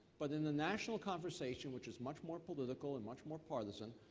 but in the national conversation, which is much more political and much more partisan,